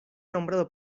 nombrado